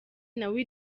nawe